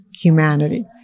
humanity